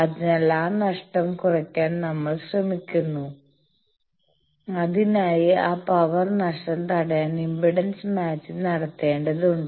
അതിനാൽ ആ നഷ്ടം കുറയ്ക്കാൻ നമ്മൾ ശ്രമിക്കുന്നു അതിനായി ആ പവർ നഷ്ടം തടയാൻ ഇംപെഡൻസ് മാച്ചിങ് നടത്തേണ്ടതുണ്ട്